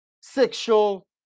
sexual